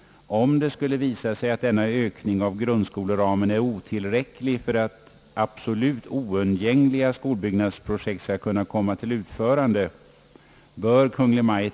Maj:t, om det nu skulle visa sig att denna ökning av grundskoleramen är otillräcklig för att absolut oundgängliga skolbyggnadsprojekt skall kunna komma till utförande, bör